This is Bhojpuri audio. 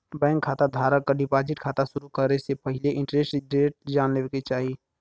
बैंक खाता धारक क डिपाजिट खाता शुरू करे से पहिले इंटरेस्ट रेट जान लेना चाही